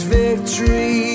victory